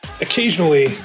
occasionally